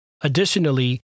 Additionally